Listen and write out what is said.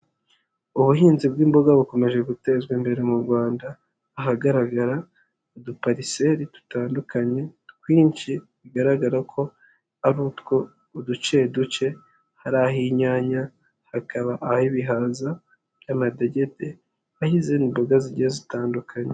Ubuhinzi bw'imboga bukomeje gutezwa imbere mu Rwanda, ahagaragara uduparisere dutandukanye twinshi, bigaragara ko ari utwo uduce duce hari ah'inyanya, hakaba ah'ibihaza by'amadegede, ah'izindi mboga zigiye zitandukanye.